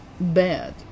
bad